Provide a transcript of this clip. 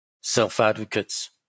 self-advocates